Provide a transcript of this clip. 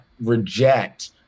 reject